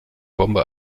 bombe